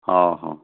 ହଁ ହଁ